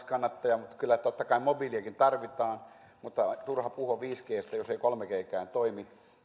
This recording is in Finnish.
kannattaja kyllä totta kai mobiiliakin tarvitaan mutta turha puhua viisi g stä jos ei kolme g kään toimi